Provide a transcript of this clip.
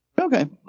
Okay